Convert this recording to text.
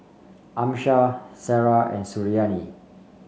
Amsyar Sarah and Suriani